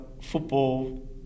football